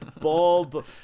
Bob